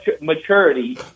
maturity